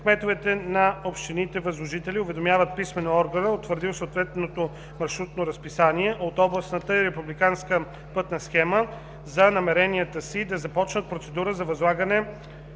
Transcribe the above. „Кметовете на общините възложители уведомяват писмено органа, утвърдил съответното маршрутно разписание от областната или републиканска пътна схема, за намеренията си да започнат процедура за възлагане